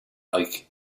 hike